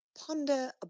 ponder